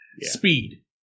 Speed